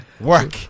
work